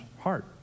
heart